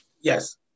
Yes